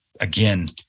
again